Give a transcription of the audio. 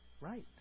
right